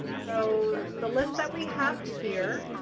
so the list that we have here,